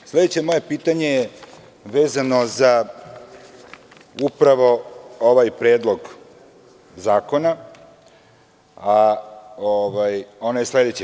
Sledeće moje pitanje je vezano za upravo ovaj predlog zakona, a ono je sledeće.